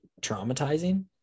traumatizing